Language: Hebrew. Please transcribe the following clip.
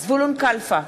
זבולון קלפה,